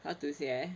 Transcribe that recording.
how to say eh